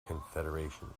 confederation